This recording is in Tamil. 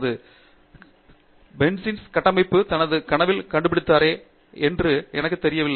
கெளல் Hückel பென்சீன் கட்டமைப்பை தனது கனவில் கண்டுபிடித்திருக்கிறாரே என்று எனக்குத் தெரியவில்லை